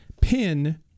pin